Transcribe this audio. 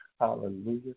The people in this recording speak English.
hallelujah